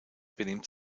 benimmt